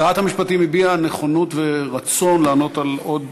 שרת המשפטים הביעה נכונות ורצון לענות על עוד